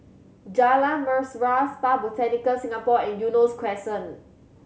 Jalan Mesra Spa Botanica Singapore and Eunos Crescent